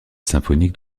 symphonique